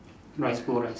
rice bowl rice